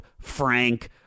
Frank